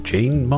Jane